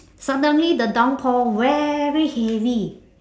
suddenly the downpour very heavy